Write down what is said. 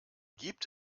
gibt